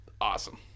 awesome